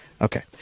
Okay